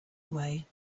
away